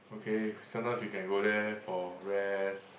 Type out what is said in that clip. okay sometimes we can go there for rest